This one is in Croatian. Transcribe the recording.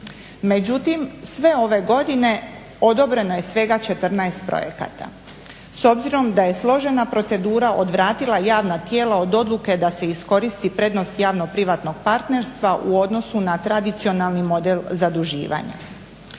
Međutim, sve ove godine odobreno je svega 14 projekata. S obzirom da je složena procedura odvratila javna tijela od odluke da se iskoristi prednost javno-privatnog partnerstva u odnosu na tradicionalni model zaduživanja.